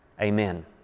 Amen